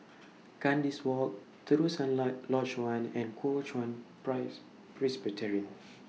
Kandis Walk Terusan La Lodge one and Kuo Chuan Price Presbyterian